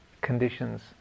conditions